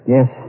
Yes